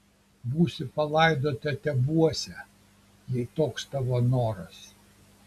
būsi palaidota tebuose jei toks tavo noras